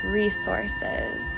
resources